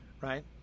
Right